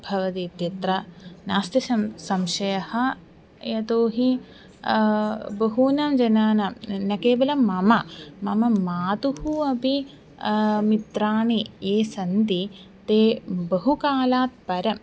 भवति इत्यत्र नास्ति सं संशयः यतो हि बहूनां जनानां न केवलं मम मम मातुः अपि मित्राणि ये सन्ति ते बहुकालात् परं